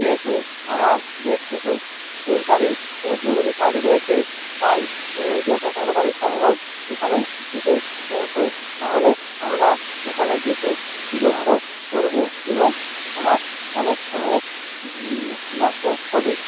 যেহেতু আমার বেশ কিছু দরকারি ও জরুরি কাজ রয়েছে তাই তুমি যতো তাড়াতাড়ি সম্ভব এখানে এসে পৌঁছোও নাহলে আমরা ওখানে যেতে বিলম্ব করবো এবং আমার অনেক সময়ের নষ্ট হবে